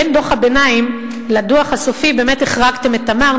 בין דוח הביניים לדוח הסופי באמת החרגתם את "תמר",